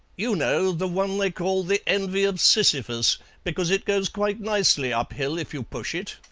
you know, the one they call the envy of sisyphus because it goes quite nicely up-hill if you push it.